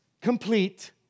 complete